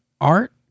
art